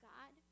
God